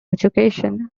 education